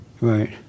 right